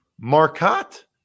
Marcotte